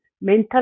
mental